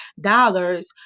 dollars